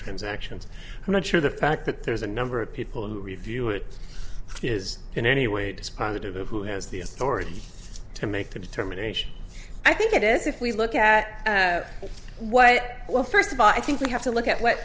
transactions i'm not sure the fact that there's a number of people who review it is in any way dispositive of who has the authority to make the determination i think it is if we look at what well first of all i think you have to look at what